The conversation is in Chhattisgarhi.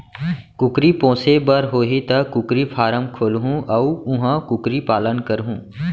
कुकरी पोसे बर होही त कुकरी फारम खोलहूं अउ उहॉं कुकरी पालन करहूँ